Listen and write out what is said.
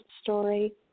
story